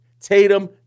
Tatum